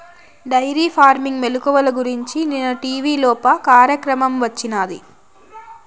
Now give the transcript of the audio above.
dairy farming మెలుకువల గురించి నిన్న టీవీలోప కార్యక్రమం వచ్చినాది